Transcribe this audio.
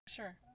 sure